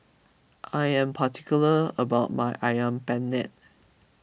I am particular about my Ayam Penyet